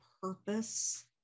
purpose